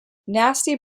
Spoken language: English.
nasty